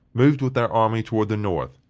moved with their army toward the north,